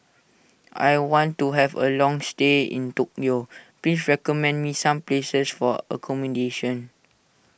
I want to have a long stay in Tokyo please recommend me some places for accommodation